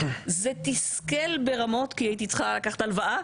זה תסכל ברמות כי הייתי צריכה לקחת הלוואה,